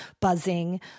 buzzing